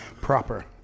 proper